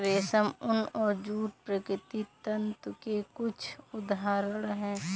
रेशम, ऊन और जूट प्राकृतिक तंतु के कुछ उदहारण हैं